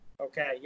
Okay